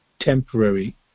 temporary